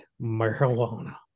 marijuana